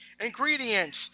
Ingredients